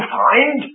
find